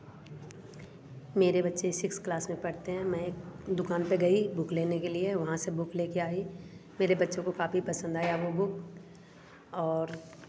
मेरे बच्चे six class में पढ़ते हैं मैं एक दुकान पर गई बुक लेने के लिए वहाँ से बुक लेकर आई मेरे बच्चों को काफ़ी पसंद आया वह बुक है और